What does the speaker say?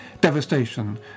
devastation